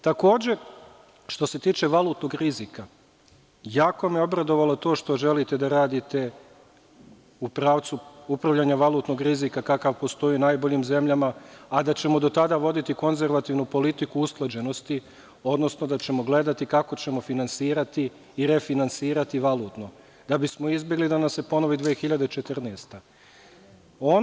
Takođe, što se tiče valutnog rizika, jako me je obradovalo to što želite da radite u pravcu upravljanja valutnog rizika kakav postoji u najboljim zemljama, a da ćemo do tada voditi konzervativnu politiku usklađenosti, odnosno da ćemo gledati kako ćemo finansirati i refinansirati valutno, da bismo izbegli da nam se ponovi 2014. godina.